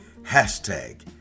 hashtag